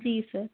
जी sir